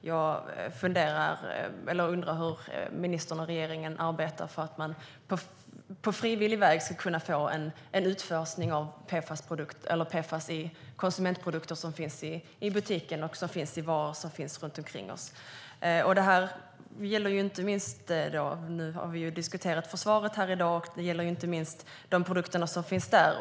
Jag undrar hur ministern och regeringen arbetar för att man på frivillig väg ska kunna få en utfasning av PFAS i konsumentprodukter som finns i butiken och i varor runt omkring oss. Vi har diskuterat försvaret här i dag, och detta gäller inte minst de produkter som finns där.